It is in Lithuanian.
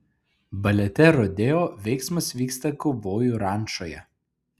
balete rodeo veiksmas vyksta kaubojų rančoje